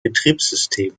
betriebssystem